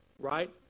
right